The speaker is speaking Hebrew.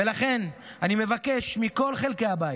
ולכן, אני מבקש מכל חלקי הבית,